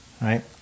right